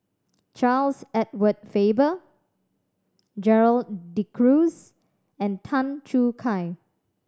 Charles Edward Faber Gerald De Cruz and Tan Choo Kai